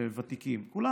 ותיקים, כולם.